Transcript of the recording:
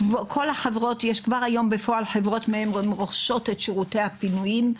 לכל החברות יש כבר היום בפועל חברות מהן הן רוכשות את שירותי הפינויים,